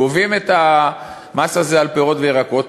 גובים את המס הזה על פירות וירקות,